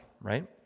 right